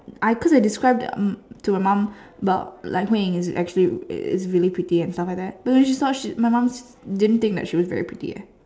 I cause I described um to my mum about like Hui-Ying is actually is is really pretty and stuff like that but when she saw she my mum didn't think she was very pretty eh